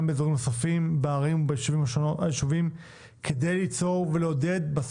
באזורים נוספים בערים וביישובים כדי לעודד צרכנים.